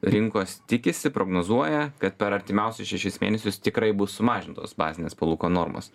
rinkos tikisi prognozuoja kad per artimiausius šešis mėnesius tikrai bus sumažintos bazinės palūkanų normos